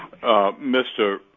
Mr